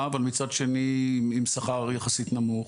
אבל מהצד השני הוא עם שכר יחסית נמוך